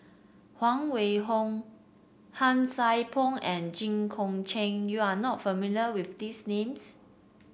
Huang Wenhong Han Sai Por and Jit Koon Ch'ng you are not familiar with these names